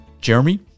jeremy